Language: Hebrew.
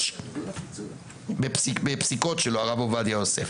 בפסיקות שלו מ-1976.